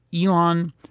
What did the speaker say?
Elon